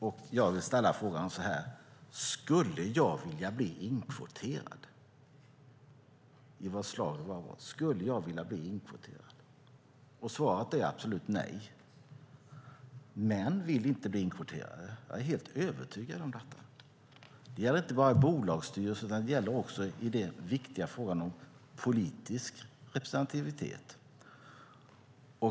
Och jag vill ställa frågan: Skulle jag vilja bli inkvoterad i vad det än vara må? Svaret är absolut nej. Män vill inte bli inkvoterade. Jag är helt övertygad om detta. Det gäller inte bara i bolagsstyrelser, utan det gäller också i den viktiga frågan om politisk representativitet.